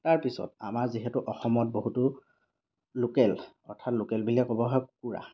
তাৰ পিছত আমাৰ যিহেতু অসমত বহুতো লোকেল অৰ্থাৎ লোকেল বুলিয়েই ক'ব হয় কুকুৰা